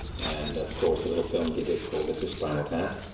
and of course a little film that he did called this is spinal tap.